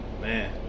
Man